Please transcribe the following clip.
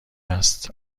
است